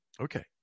Okay